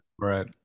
Right